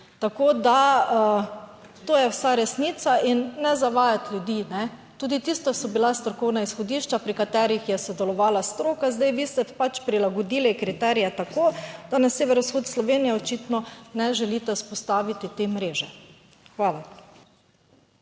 Tako da, to je vsa resnica. In ne zavajati ljudi, tudi tisto so bila strokovna izhodišča, pri katerih je sodelovala stroka. Zdaj, vi ste pač prilagodili kriterije, tako da na severovzhod Slovenije očitno ne želite vzpostaviti te mreže. Hvala.